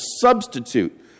substitute